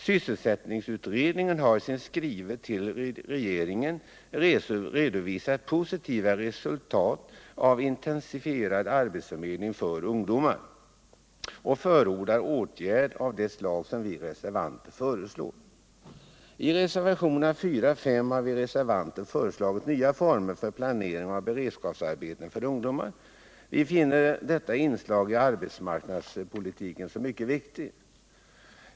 Sysselsättningsutredningen har i sin skrivelse till regeringen redovisat positiva resultat av intensifierad arbetsförmedling för ungdomar och förordar åtgärder av det slag som vi reservanter föreslår. I reservationerna 4 och 5 har vi föreslagit nya former för planering av beredskapsarbeten för ungdomar. Vi finner detta inslag i arbetsmarknadspolitiken mycket viktigt.